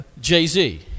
Jay-Z